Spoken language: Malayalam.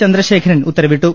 ചന്ദ്ര ശേഖരൻ ഉത്തരവിട്ടു